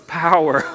power